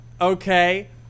Okay